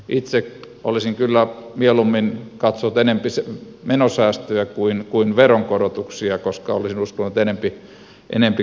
itse olisin kyllä mieluummin katsonut menosäästöjä kuin veronkorotuksia koska olisin uskonut enempi kasvuelementteihin